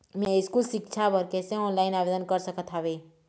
मैं स्कूल सिक्छा बर कैसे ऑनलाइन आवेदन कर सकत हावे?